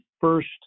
first